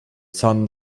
sun